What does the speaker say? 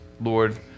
Lord